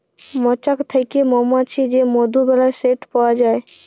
মচাক থ্যাকে মমাছি যে মধু বেলায় সেট পাউয়া যায়